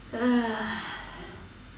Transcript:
uh